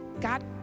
God